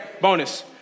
Bonus